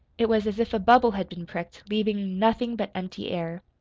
it was as if a bubble had been pricked, leaving nothing but empty air.